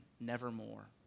Nevermore